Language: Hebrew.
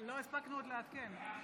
מיכל,